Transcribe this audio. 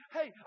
Hey